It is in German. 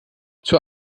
zur